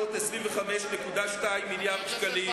325.2 מיליארד שקלים.